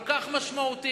כל כך משמעותי,